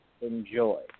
enjoy